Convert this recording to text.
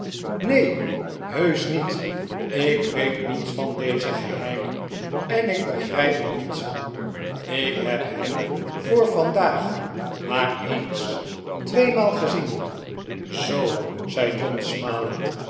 neen heusch niet ik weet niets van deze geheimen en ik begrijp er niets van ik heb hem voor vandaag maar eens tweemaal gezien zoo zei john smalend